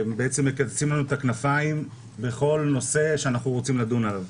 מקצצים לנו את הכנפיים בכל נושא שאנחנו רוצים לדון עליו.